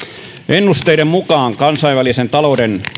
ennusteiden mukaan kansainvälisen talouden